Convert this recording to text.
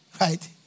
right